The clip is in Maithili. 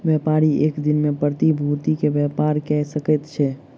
व्यापारी एक दिन में प्रतिभूति के व्यापार कय सकै छै